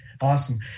Awesome